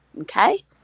okay